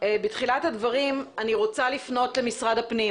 בתחילת דבריי אני רוצה לפנות למשרד הפנים